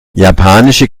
japanische